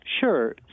Sure